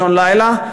באישון לילה,